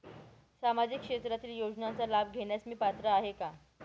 सामाजिक क्षेत्रातील योजनांचा लाभ घेण्यास मी पात्र आहे का?